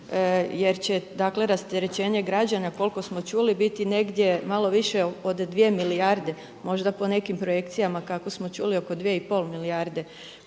jer će dakle rasterećenje građana koliko smo čuli biti negdje malo više od 2 milijarde, možda po nekim projekcijama kako smo čuli oko 2,5 milijarde